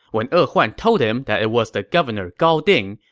when e huan told him that it was the governor gao ding,